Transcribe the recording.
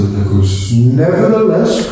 Nevertheless